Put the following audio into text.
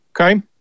Okay